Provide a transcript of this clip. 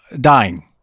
dying